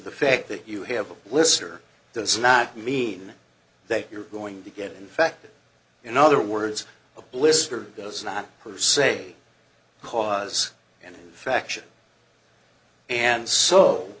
the fact that you have a list or does not mean that you're going to get infected in other words a blister does not say cause and infection and so